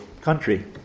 country